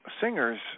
Singer's